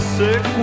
sick